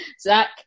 Zach